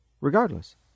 Regardless